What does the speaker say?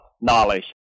knowledge